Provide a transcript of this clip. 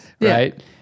right